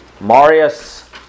Marius